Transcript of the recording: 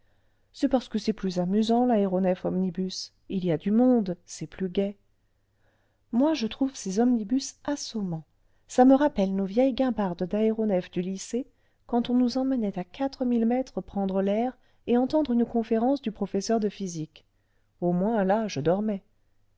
c'est parce que c'est plus amusant laéronef omuibus il y a du monde c'est plus gai moi je trouve ces omnibus assommants ça me rappelle nos vieilles guimbardes d'aéronefs du lycée quand on nous emmenait à quatre mille mètres prendre l'air et entendre une conférence du professeur de physique au moins là je dormais